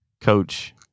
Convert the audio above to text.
coach